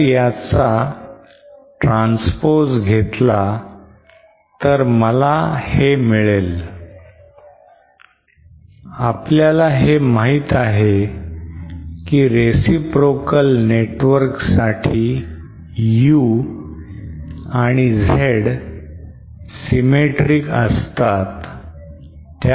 जर याचा transpose घेतला तर मला हे मिळेल आपल्याला हे माहित आहे की reciprocal network साठी U आणि Z symmetric असतात